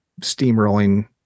steamrolling